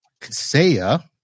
Kaseya